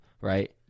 right